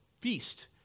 feast